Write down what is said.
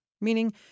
Meaning